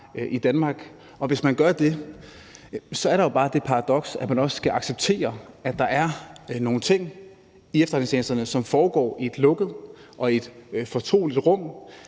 i Danmark. Og hvis man gør det, så er der jo bare det paradoks, at man også skal acceptere, at der er nogle ting i efterretningstjenesterne, som foregår i et lukket og fortroligt rum